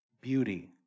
Beauty